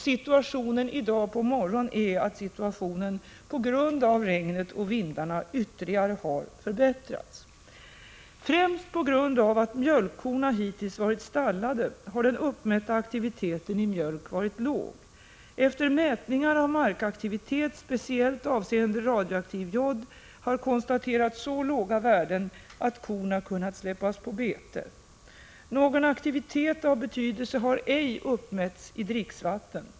Situationen i dag på morgonen har ytterligare förbättrats till följd av regnet och vindarna. Främst på grund av att mjölkkorna hittills har varit stallade har den uppmätta aktiviteten i mjölk varit låg. Efter mätningar av markaktivitet, speciellt avseende radioaktiv jod, har konstaterats så låga värden att korna har kunnat släppas på bete. Någon aktivitet av betydelse har ej uppmätts i dricksvatten.